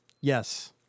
Yes